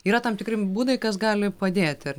yra tam tikri būdai kas gali padėti ar